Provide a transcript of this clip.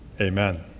amen